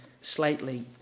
slightly